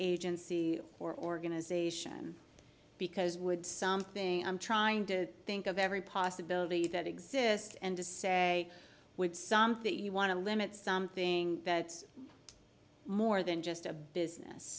agency or organization because wood something i'm trying to think of every possibility that exists and to say with some that you want to limit something that's more than just a business